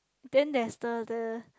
then there's the the